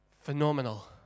Phenomenal